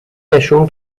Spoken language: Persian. نشون